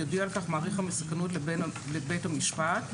יודיע על כך מעריך המסוכנות לבית המשפט,